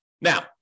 Now